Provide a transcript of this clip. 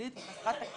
ייחודית וחסרת תקדים.